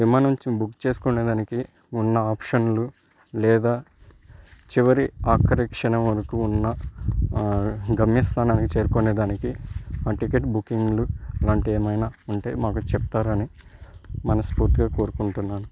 విమానం బుక్ చేసుకోడానికి ఉన్న ఆప్షన్లు లేదా చివరి ఆఖరి క్షణం వరుకు ఉన్న గమ్యస్థానానికి చేరుకోడానికి ఆ టికెట్ బుకింగ్లు లాంటివి ఏమైనా ఉంటే మాకు చెప్తారని మనస్ఫూర్తిగా కోరుకుంటున్నాను